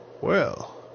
Well